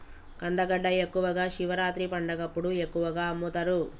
కందగడ్డ ఎక్కువగా శివరాత్రి పండగప్పుడు ఎక్కువగా అమ్ముతరు